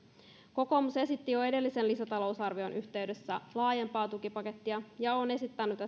kokoomus esitti jo edellisen lisätalousarvion yhteydessä laajempaa tukipakettia ja on esittänyt